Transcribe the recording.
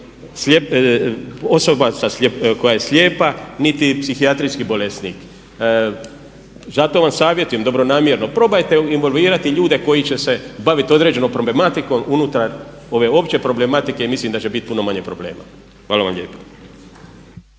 osoba koja je slijepa, niti psihijatrijski bolesnik. Zato vam savjetujem dobronamjerno, probajte involvirati ljude koji će se baviti određenom problematikom unutar ove opće problematike i mislim da će biti puno manje problema. Hvala vam lijepa.